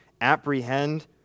apprehend